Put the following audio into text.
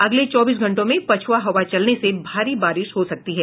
अगले चौबीस घंटे में पछुआ हवा चलने से भारी बारिश हो सकती है